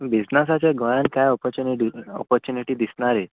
बिजनसाचे गोंयान कांय opportunity opportunity दिसना रे